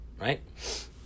right